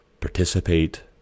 participate